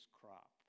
crop